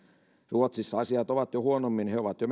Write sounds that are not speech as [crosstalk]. ruotsissa asiat ovat jo huonommin he ovat jo [unintelligible]